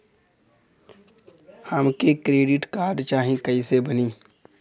हमके credit card चाही कैसे बनी?